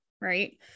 Right